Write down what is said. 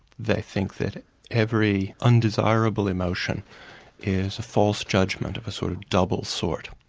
they think that every undesirable emotion is a false judgment of a sort of double sort.